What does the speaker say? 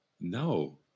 No